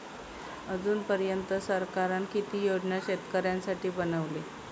अजून पर्यंत सरकारान किती योजना शेतकऱ्यांसाठी बनवले?